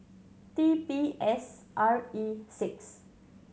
T P S R E six